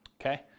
okay